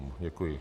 Děkuji.